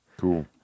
cool